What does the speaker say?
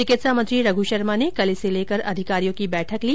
चिकित्सा मंत्री रघु शर्मा ने कल इसे लेकर अधिकारियों की बैठक ली